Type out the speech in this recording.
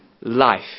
life